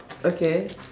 okay